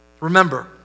remember